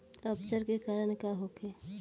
अपच के कारण का होखे?